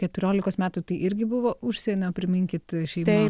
keturiolikos metų tai irgi buvo užsienio priminkit šeima